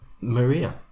Maria